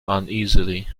uneasily